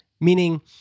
meaning